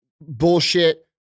bullshit